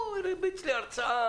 ניר נתן הרצאה